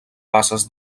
bases